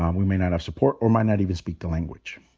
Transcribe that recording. um we may not have support, or might not even speak the language.